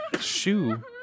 Shoe